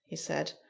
he said,